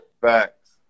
Facts